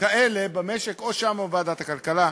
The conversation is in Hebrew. כאלה במשק, או שם או בוועדת הכלכלה.